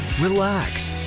relax